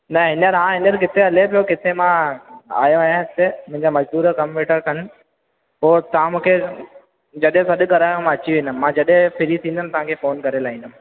न हींअर हा हींअर किथे हले पियो किथे मां आयो आहियां हिते मुंहिंजा मज़दूर कमु वेठा कनि पोइ तव्हां मूंखे जॾहिं सॾु करायो मां अची वेंदुमि मां जॾहिं फ्री थींदुमि तव्हांखे फ़ोन करे लाईंदुमि